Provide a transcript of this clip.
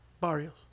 Barrios